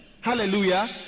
Hallelujah